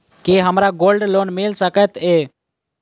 की हमरा gold loan मिल सकैत ये?